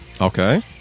Okay